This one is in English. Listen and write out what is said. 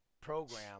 program